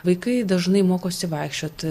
vaikai dažnai mokosi vaikščioti